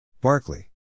Barclay